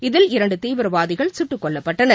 இதில் இரண்டு தீவிரவாதிகள் சுட்டுக் கொல்லப்பட்டனர்